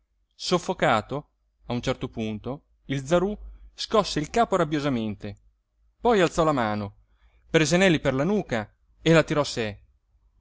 soffocato a un certo punto il zarú scosse il capo rabbiosamente poi alzò la mano prese neli per la nuca e l'attirò a sé